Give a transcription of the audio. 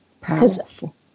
Powerful